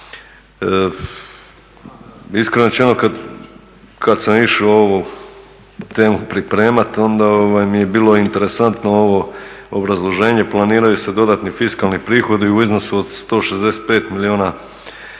rečeno kad sam išao ovu temu pripremat onda mi je bilo interesantno ovo obrazloženje planiraju se dodatni fiskalni prihodi u iznosu od 165 milijuna